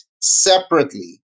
separately